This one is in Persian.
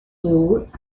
بود